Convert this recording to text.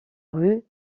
rue